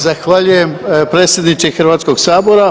Zahvaljujem predsjedniče Hrvatskog sabora.